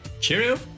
cheerio